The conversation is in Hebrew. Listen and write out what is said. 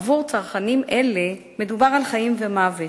עבור צרכנים אלה מדובר על חיים ומוות,